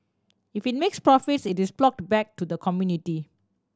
if it makes profits it is ploughed back to the community